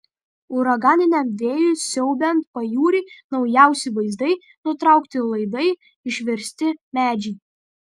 uraganiniam vėjui siaubiant pajūrį naujausi vaizdai nutraukti laidai išversti medžiai